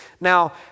Now